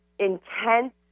intense